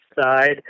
side